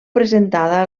presentada